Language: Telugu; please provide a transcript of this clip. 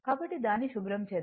కాబట్టి దాన్ని శుభ్రం చేద్దాం